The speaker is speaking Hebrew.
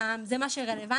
זה מה שרלוונטי.